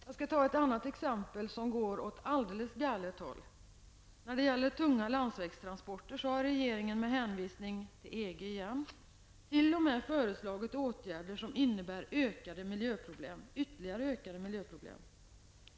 Jag skall ta ett annat exempel som går åt alldeles galet håll. Regeringen har -- återigen med hänvisning till EG -- när det gäller tunga landsvägstransporter t.o.m. föreslagit åtgärder som innebär en ytterligare ökning av miljöproblemen.